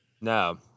No